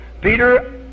Peter